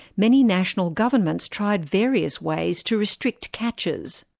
many national governments tried various ways to restrict catches.